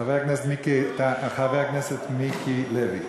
חבר הכנסת מיקי לוי,